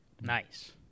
Nice